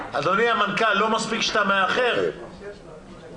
נדון בהצעת חוק הביטוח הלאומי (הוראת שעה) (מענק חד-פעמי חלף